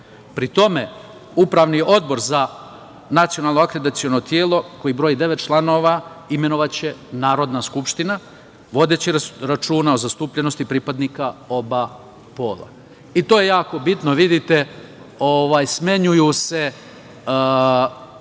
Pri tome, upravni odbor za nacionalno akreditaciono telo koji broji devet članova imenovaće Narodna skupština, vodeći računa o zastupljenosti pripadnika oba pola. I to je jako bitno. Vidite, smenjuju se